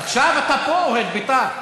עכשיו אתה פה, אוהד "בית"ר".